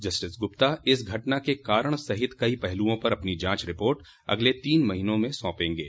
justice Gupta इस घटना के कारण सहित कई पहलुओं पर अपनी जांच रिपोर्ट अगले तीन महीने में सौपेंगे